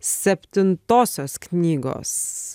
septintosios knygos